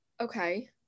okay